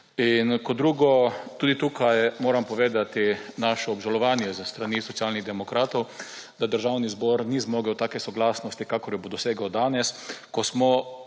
In kot drugo, tudi tukaj moram povedati, naše obžalovanje s strani Socialnih demokratov, da Državni zbor ni zmogel take soglasnosti, kakor jo bo dosegel danes, ko smo